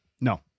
No